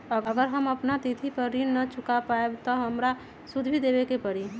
अगर हम अपना तिथि पर ऋण न चुका पायेबे त हमरा सूद भी देबे के परि?